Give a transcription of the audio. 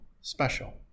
special